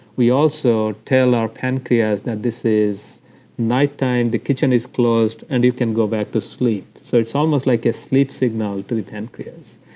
we also tell our pancreas that this is night-time, the kitchen is closed, and you can go back to sleep. so it's almost like a sleep signal to the pancreas.